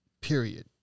period